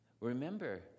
Remember